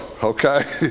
Okay